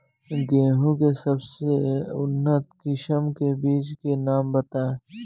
गेहूं के सबसे उन्नत किस्म के बिज के नाम बताई?